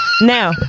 now